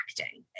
acting